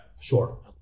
sure